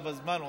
אתה בזמן עוצר.